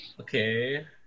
okay